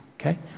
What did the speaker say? okay